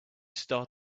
start